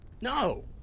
No